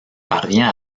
parvient